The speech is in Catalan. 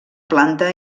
planta